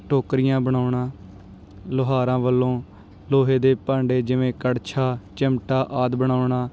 ਟੋਕਰੀਆਂ ਬਣਾਉਣਾ ਲੁਹਾਰਾਂ ਵੱਲੋਂ ਲੋਹੇ ਦੇ ਭਾਂਡੇ ਜਿਵੇਂ ਕੜਛਾ ਚਿਮਟਾ ਆਦਿ ਬਣਾਉਣਾ